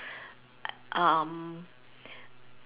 um